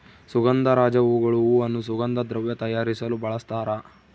ಸುಗಂಧರಾಜ ಹೂಗಳು ಹೂವನ್ನು ಸುಗಂಧ ದ್ರವ್ಯ ತಯಾರಿಸಲು ಬಳಸ್ತಾರ